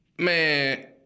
Man